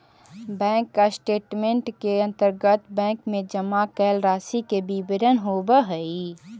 bank statement के अंतर्गत bank में जमा कैल राशि के विवरण होवऽ हइ